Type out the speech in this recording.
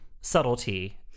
subtlety